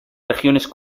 regiones